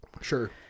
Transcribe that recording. Sure